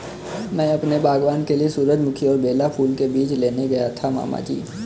मैं अपने बागबान के लिए सूरजमुखी और बेला फूल के बीज लेने गया था मामा जी